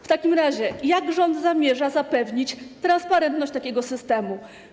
W takim razie jak rząd zamierza zapewnić transparentność takiego systemu?